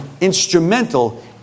instrumental